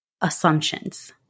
assumptions